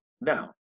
Now